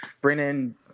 Brennan